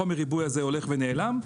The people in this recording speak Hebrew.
חומר הריבוי הזה הולך ונעלם.